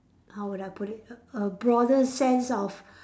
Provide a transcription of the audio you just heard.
how would I put it a a broader sense of